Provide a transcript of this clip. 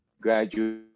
graduate